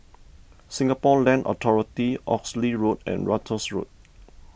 Singapore Land Authority Oxley Road and Ratus Road